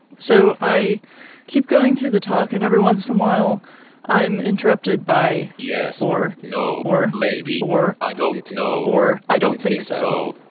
so i keep going through the talk and every once in a while i'm interrupted by, yes or, no or maybe or, or, i don't know or, i don't think so.